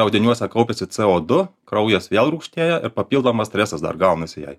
audiniuose kaupiasi c o du kraujas vėl rūgštėja ir papildomas stresas dar gaunasi jei